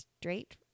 straight